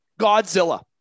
Godzilla